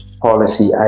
policy